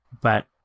but-